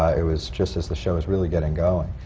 ah it was just as the show was really getting going.